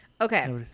okay